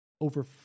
over